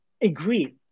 agree